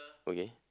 okay